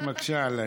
את מקשה עליי.